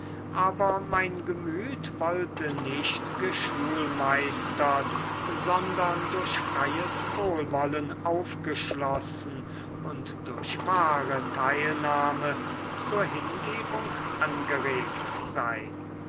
aber mein gemüt wollte nicht geschulmeistert sondern durch freies wohlwollen aufgeschlossen und durch wahre teilnahme zur hingebung angeregt sein